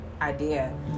idea